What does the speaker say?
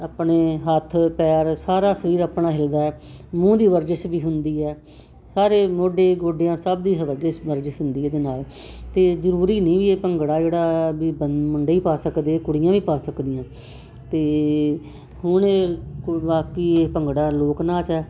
ਆਪਣੇ ਹੱਥ ਪੈਰ ਸਾਰਾ ਸਰੀਰ ਆਪਣਾ ਹਿਲਦਾ ਮੂੰਹ ਦੀ ਵਰਜਿਸ਼ ਵੀ ਹੁੰਦੀ ਹੈ ਸਾਰੇ ਮੋਢੇ ਗੋਡਿਆਂ ਸਭ ਦੀ ਹਵਾ ਦੀ ਵਰਜਿਸ਼ ਹੁੰਦੀ ਇਹਦੇ ਨਾਲ ਅਤੇ ਜ਼ਰੂਰੀ ਨਹੀਂ ਵੀ ਇਹ ਭੰਗੜਾ ਜਿਹੜਾ ਵੀ ਬੰ ਮੁੰਡੇ ਹੀ ਪਾ ਸਕਦੇ ਕੁੜੀਆਂ ਵੀ ਪਾ ਸਕਦੀਆਂ ਅਤੇ ਹੁਣ ਕੁ ਬਾਕੀ ਇਹ ਭੰਗੜਾ ਲੋਕ ਨਾਚ ਹੈ